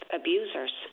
abusers